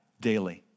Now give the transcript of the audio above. daily